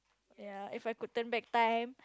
ya if I could turn back time